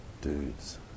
dudes